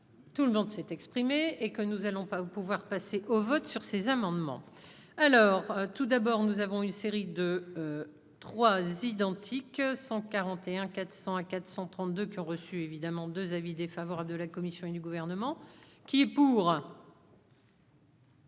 tout le monde s'est exprimé et que nous allons pas au pouvoir passer au vote sur ces amendements, alors tout d'abord, nous avons une série de 3 identique 141 400 à 432 qui ont reçu évidemment 2 avis défavorable de la Commission et du gouvernement qui est pour.